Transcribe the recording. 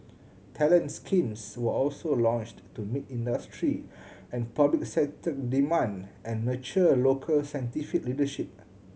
talent schemes were also launched to meet industry and public sector demand and nurture local scientific leadership